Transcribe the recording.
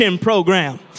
program